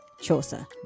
Chaucer